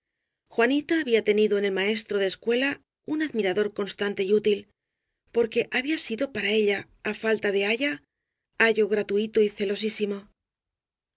juanita había tenido en el maestro de escuela un admirador constante y útil porque había sido para ella á falta de aya ayo gratuito y celosísimo